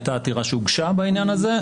הייתה עתירה שהוגשה בעניין הזה.